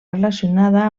relacionada